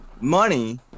money